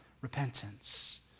Repentance